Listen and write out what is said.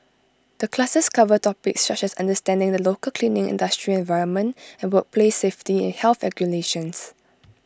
the classes cover topics such as understanding the local cleaning industry environment and workplace safety and health regulations